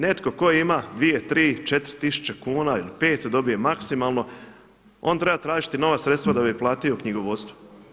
Netko tko ima 2, 3, 4 tisuće kuna ili 5 dobije maksimalno, on treba tražiti nova sredstva da bi platio knjigovodstvo.